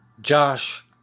Josh